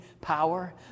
power